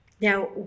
Now